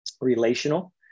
relational